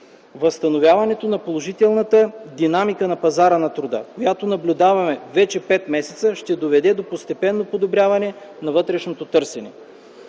Възстановяването на положителната динамика на пазара на труда, която наблюдаваме вече от пет месеца, ще доведе до постепенно подобряване на вътрешното търсене.